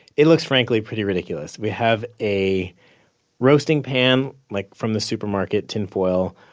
it looks, frankly, pretty ridiculous. we have a roasting pan, like, from the supermarket, tin foil.